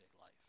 life